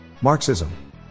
Marxism